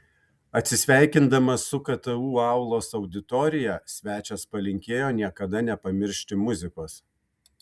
atsisveikindamas su ktu aulos auditorija svečias palinkėjo niekada nepamiršti muzikos